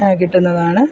കിട്ടുന്നതാണ്